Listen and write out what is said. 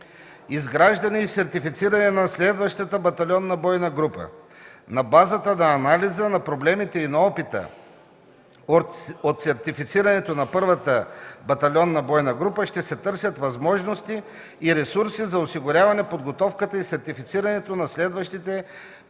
изграждане и сертифициране на следващата батальонна бойна група. На базата на анализа на проблемите и на опита от сертифицирането на първата батальонна бойна група ще се търсят възможности и ресурси за осигуряване подготовката и сертифицирането на следващите батальонни